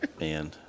man